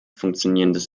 funktionierendes